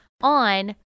on